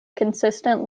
consistent